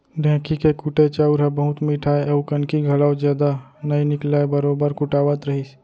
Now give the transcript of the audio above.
ढेंकी के कुटे चाँउर ह बहुत मिठाय अउ कनकी घलौ जदा नइ निकलय बरोबर कुटावत रहिस